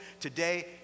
Today